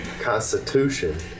Constitution